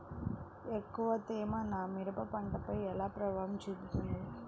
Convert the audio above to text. ఎక్కువ తేమ నా మిరప పంటపై ఎలా ప్రభావం చూపుతుంది?